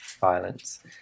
violence